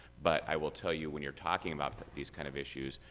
but i will tell you when you're talking about these kind of issues,